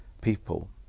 people